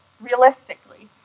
realistically